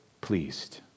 pleased